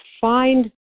find